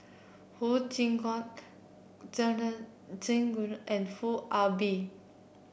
Huang Shiqi Joan and Foo Ah Bee